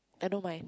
I know mine